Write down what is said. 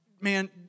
man